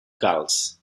gules